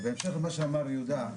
בהמשך למה שאמר יהודה,